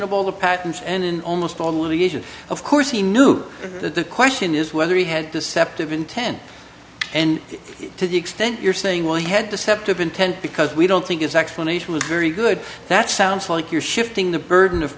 of all the patents and in almost all of the asian of course he knew that the question is whether he had deceptive intent and to the extent you're saying why he had deceptive intent because we don't think it's explanation was very good that sounds like you're shifting the burden of